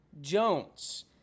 Jones